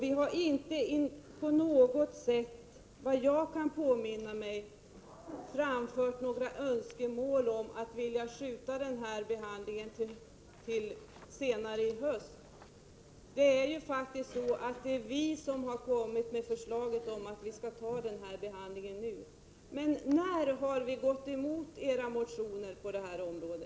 Vi har inte på något sätt, vad jag kan påminna mig, framfört några önskemål om att skjuta behandlingen till i höst. Det är vi som har lagt fram förslag om att behandling skall ske nu. Men när har vi gått emot era motioner på detta område?